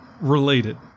related